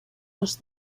los